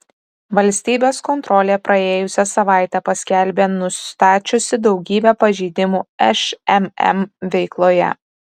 valstybės kontrolė praėjusią savaitę paskelbė nustačiusi daugybę pažeidimų šmm veikloje